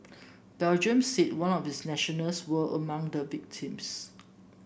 Belgium said one of its nationals were among the victims